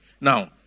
Now